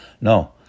No